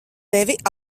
tevi